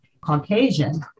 Caucasian